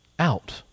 out